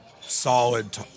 solid